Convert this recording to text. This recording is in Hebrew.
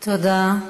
תודה.